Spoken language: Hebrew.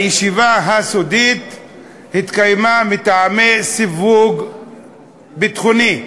הישיבה הסודית התקיימה מטעמי סיווג ביטחוני.